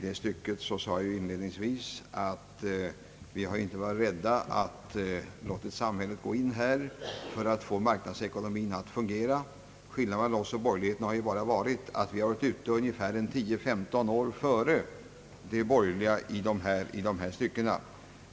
Jag sade inledningsvis att vi inte har varit rädda för en samhällsmedverkan för att få marknadsekonomin att fungera. Skillnaden mellan oss och de borgerliga har ju endast varit att vi har varit ute ungefär 10—13 år före de borgerliga i dessa avseenden.